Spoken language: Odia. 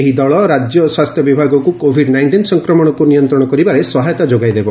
ଏହି ଦଳ ରାଜ୍ୟ ସ୍ୱାସ୍ଥ୍ୟ ବିଭାଗକୁ କୋଭିଡ୍ ନାଇଷ୍ଟିନ୍ ସଂକ୍ରମଣକୁ ନିୟନ୍ତ୍ରଣ କରିବାରେ ସହାୟତା ଯୋଗାଇ ଦେବ